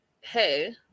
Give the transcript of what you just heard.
hey